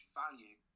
value